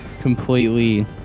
completely